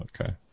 Okay